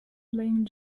blamed